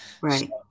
Right